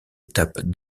étape